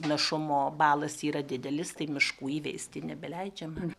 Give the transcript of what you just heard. našumo balas yra didelis tai miškų įveisti nebeleidžiama